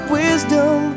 wisdom